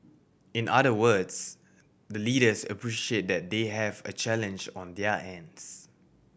in other words the leaders appreciate that they have a challenge on their ends